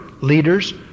leaders